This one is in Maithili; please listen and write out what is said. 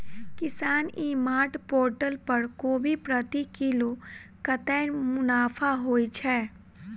किसान ई मार्ट पोर्टल पर कोबी प्रति किलो कतै मुनाफा होइ छै?